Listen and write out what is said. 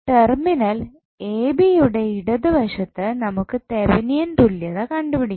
terminal എബിയുടെ ഇടതുവശത്ത് നമുക്ക് തെവനിയൻ തുല്യത കണ്ടുപിടിക്കണം